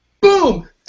boom